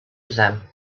them